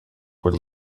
were